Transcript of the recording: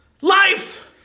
Life